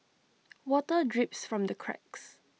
water drips from the cracks